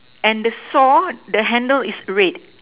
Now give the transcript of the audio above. and the saw the handle is red